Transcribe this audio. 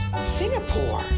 Singapore